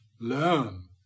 learn